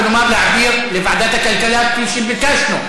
כלומר להעביר לוועדת הכלכלה כפי שביקשנו.